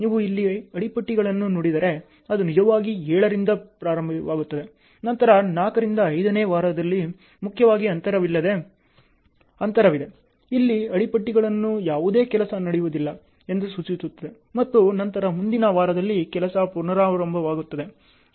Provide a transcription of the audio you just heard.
ನೀವು ಇಲ್ಲಿ ಅಡಿಟಿಪ್ಪಣಿಗಳನ್ನು ನೋಡಿದರೆ ಅದು ನಿಜವಾಗಿ 7 ರಿಂದ ಪ್ರಾರಂಭವಾಗುತ್ತದೆ ನಂತರ 4 ರಿಂದ 5 ನೇ ವಾರದಲ್ಲಿ ಮುಖ್ಯವಾಗಿ ಅಂತರವಿದೆ ಇಲ್ಲಿ ಅಡಿಟಿಪ್ಪಣಿಗಳಲ್ಲಿ ಯಾವುದೇ ಕೆಲಸ ನಡೆಯುವುದಿಲ್ಲ ಎಂದು ಸೂಚಿಸುತ್ತದೆ ಮತ್ತು ನಂತರ ಮುಂದಿನ ವಾರದಲ್ಲಿ ಕೆಲಸ ಪುನರಾರಂಭವಾಗುತ್ತದೆ